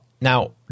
Now